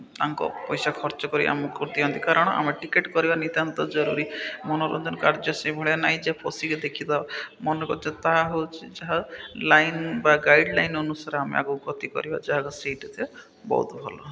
ତାଙ୍କ ପଇସା ଖର୍ଚ୍ଚ କରି ଆମକୁ କରିଦିଅନ୍ତି କାରଣ ଆମେ ଟିକେଟ୍ କରିବା ନିତ୍ୟାନ୍ତ ଜରୁରୀ ମନୋରଞ୍ଜନ କାର୍ଯ୍ୟ ସେଇଭଳିଆ ନାହିଁ ଯେ ପଶିକି ଦେଖିଦବ ମନ କର ତାହା ହେଉଛି ଯାହା ଲାଇନ୍ ବା ଗାଇଡ଼ଲାଇନ୍ ଅନୁସାରେ ଆମେ ଆଗକୁ ଗତି କରିବା ଯାହାକି ସେଇଟା ତ ବହୁତ ଭଲ